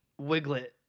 Wiglet